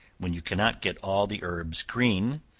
when you cannot get all the herbs green,